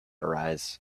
arise